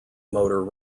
motor